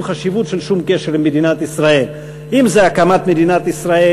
חשיבות של שום קשר עם מדינת ישראל: אם הקמת מדינת ישראל,